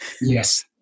Yes